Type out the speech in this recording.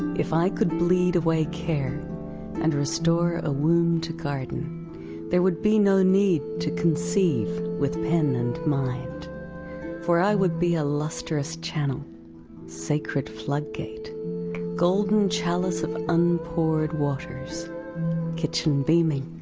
if i could bleed away care and restore a womb to garden there would be no need to conceive with pen and mind for i would be a lustrous channel sacred floodgate golden chalice of unpoured waters kitchen beaming,